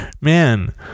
Man